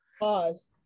pause